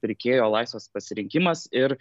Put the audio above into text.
pirkėjo laisvas pasirinkimas ir